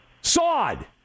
Sod